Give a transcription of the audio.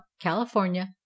California